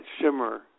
shimmer